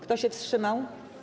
Kto się wstrzymał?